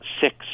six